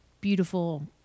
beautiful